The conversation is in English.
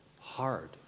hard